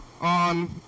on